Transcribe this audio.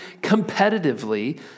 competitively